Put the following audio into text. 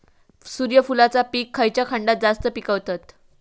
सूर्यफूलाचा पीक खयच्या खंडात जास्त पिकवतत?